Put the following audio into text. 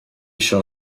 eisiau